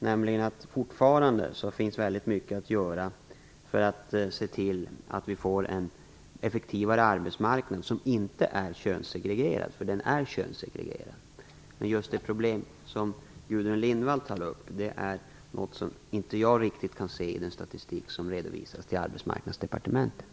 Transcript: Det finns fortfarande väldigt mycket att göra för att se till att vi får en effektivare arbetsmarknad som inte är könssegregerad, för den är könssegregerad i dag. Men jag kan inte se just det problem som Gudrun Lindvall tar upp i den statistik som redovisas till Arbetsmarknadsdepartementet.